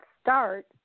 start